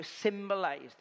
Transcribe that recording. symbolized